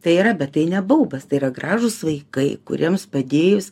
tai yra bet tai ne baubas tai yra gražūs vaikai kuriems padėjus